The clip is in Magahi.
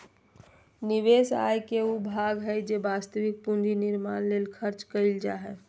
निवेश आय के उ भाग हइ जे वास्तविक पूंजी निर्माण ले खर्च कइल जा हइ